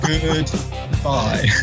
Goodbye